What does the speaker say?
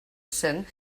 cent